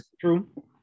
True